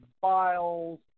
files